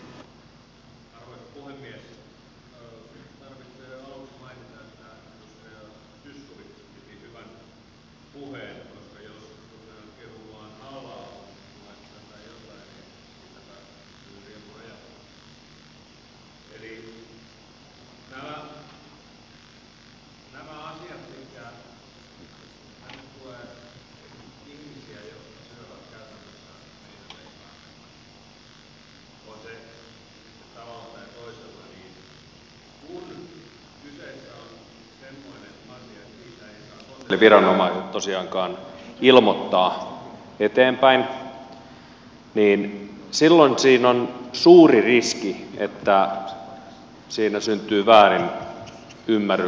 ja kun kyseessä on semmoinen asia etteivät viranomaiset tosiaankaan saa ilmoittaa eteenpäin niin silloin siinä on suuri riski että siinä syntyy väärinymmärryksiä ja väärinkäytöksiä